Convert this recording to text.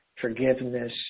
forgiveness